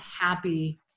happy